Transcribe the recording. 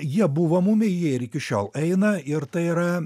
jie buvo mumiai jie ir iki šiol eina ir tai yra